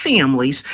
families